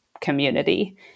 community